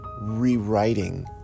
rewriting